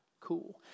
Cool